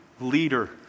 leader